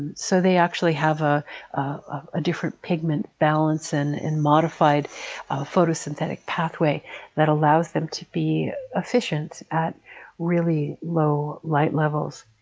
so they actually have a ah different pigment balance and and modified photosynthetic pathway that allows them to be efficient at really low light levels.